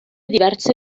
diverse